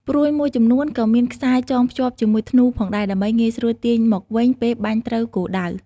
ព្រួញមួយចំនួនក៏មានខ្សែចងភ្ជាប់ជាមួយធ្នូផងដែរ ដើម្បីងាយស្រួលទាញមកវិញពេលបាញ់ត្រូវគោលដៅ។